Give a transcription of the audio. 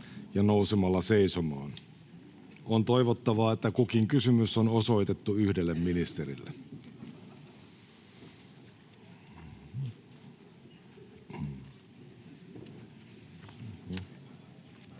ja nousemalla seisomaan. On toivottavaa, että kukin kysymys on osoitettu yhdelle ministerille.